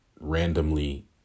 randomly